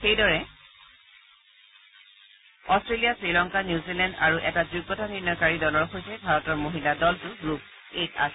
সেইদৰে Australia Sri Lanka New Zealand আৰু এটা যোগ্যতা নিৰ্ণয়কাৰী দলৰ সৈতে ভাৰতৰ মহিলা দলটো গ্ৰুপ এ ত আছে